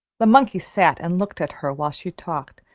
the monkey sat and looked at her while she talked,